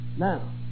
Now